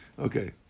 Okay